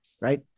right